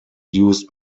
used